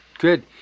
Good